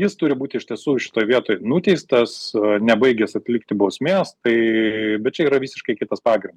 jis turi būti iš tiesų šitoj vietoj nuteistas nebaigęs atlikti bausmės tai čia yra visiškai kitas pagrindas